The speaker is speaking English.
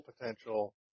potential